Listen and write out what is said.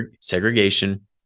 segregation